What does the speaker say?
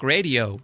Radio